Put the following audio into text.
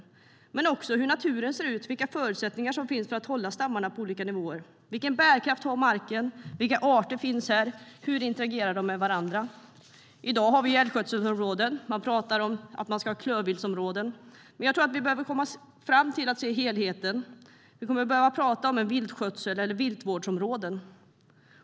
Men vi behöver också se på hur naturen ser ut och vilka förutsättningar som finns att hålla stammarna på olika nivåer. Vilken bärkraft har marken, vilka arter finns här och hur interagerar de med varandra? I dag har vi ju älgskötselområden och vissa pratar om att vi ska börja med klövviltskötselområden, men jag tror att vi behöver komma fram till att se helheten och prata om viltskötsel eller viltvårdsområden.